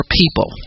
people